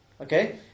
Okay